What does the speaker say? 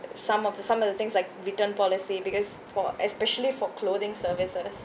some of the some of the things like written policy because for especially for clothing services